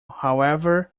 however